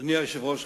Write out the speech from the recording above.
אדוני היושב-ראש,